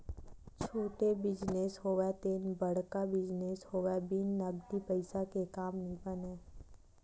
छोटे बिजनेस होवय ते बड़का बिजनेस होवय बिन नगदी पइसा के काम नइ बनय